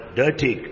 dirty